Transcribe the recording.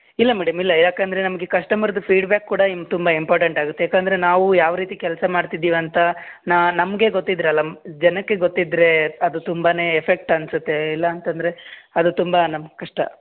ಇಲ್ಲ ಮೇಡಮ್ ಇಲ್ಲ ಯಾಕಂದರೆ ನಮಗೆ ಕಸ್ಟಮರ್ದು ಫೀಡ್ಬ್ಯಾಕ್ ಕೂಡ ಇಮ್ ತುಂಬ ಇಂಪಾರ್ಟೆನ್ಟ್ ಆಗುತ್ತೆ ಯಾಕಂದರೆ ನಾವು ಯಾವ ರೀತಿ ಕೆಲಸ ಮಾಡ್ತಿದಿವಿ ಅಂತ ನಮಗೆ ಗೊತ್ತಿದ್ದರಲ್ಲ ಜನಕ್ಕೆ ಗೊತ್ತಿದ್ದರೆ ಅದು ತುಂಬ ಎಫೆಕ್ಟ್ ಅನ್ಸುತ್ತೆ ಇಲ್ಲಾಂತಂದರೆ ಅದು ತುಂಬ ನಮ್ಗೆ ಕಷ್ಟ